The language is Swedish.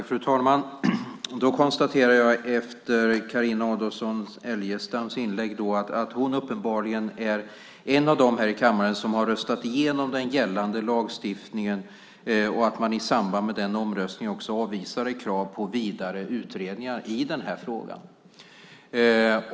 Fru talman! Då konstaterar jag efter Carina Adolfsson Elgestams inlägg att hon uppenbarligen är en av dem här i kammaren som har röstat igenom den gällande lagstiftningen och att man i samband med den omröstningen också avvisade krav på vidare utredningar i den här frågan.